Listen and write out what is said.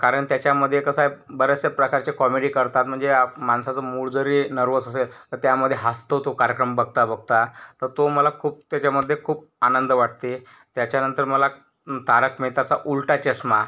कारण त्याच्यामध्ये कसं आहे बऱ्याचशा प्रकारचे कॉमेडी करतात म्हणजे माणसाचा मूड जरी नर्वस असेल तर त्यामध्ये हसतो तो कार्यक्रम बघता बघता तर तो मला खूप त्याच्यामध्ये खूप आनंद वाटते त्याच्यानंतर मला तारक मेहताचा उलटा चष्मा